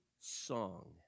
song